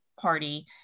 party